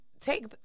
take